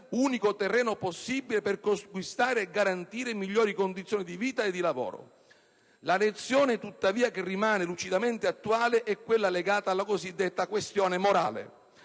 unico terreno possibile per conquistare e garantire migliori condizioni di vita e di lavoro. La lezione tuttavia che rimane lucidamente attuale è quella legata alla cosiddetta questione morale.